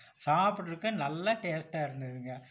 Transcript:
சாப்பிடறக்கு நல்ல டேஸ்ட்டாக இருந்ததுங்கள்